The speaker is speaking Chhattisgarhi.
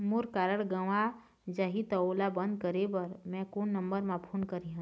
मोर कारड गंवा जाही त ओला बंद करें बर मैं कोन नंबर म फोन करिह?